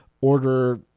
order